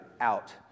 out